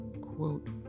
Quote